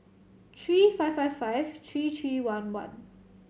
three five five five three three one one